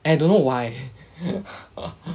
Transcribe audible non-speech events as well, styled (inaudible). and I don't know why (laughs)